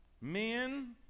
Men